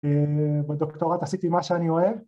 בדוקטורט עשיתי מה שאני אוהב